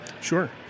Sure